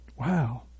Wow